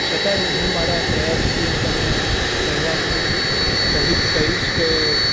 છતાં એ હું મારા પ્રયાસથી તમને કહેવાનું કહીશ કે